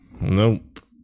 nope